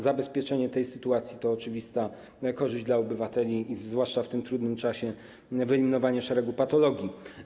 Zabezpieczenie tej sytuacji to oczywista korzyść dla obywateli, zwłaszcza w tym trudnym czasie, wyeliminowanie szeregu patologii.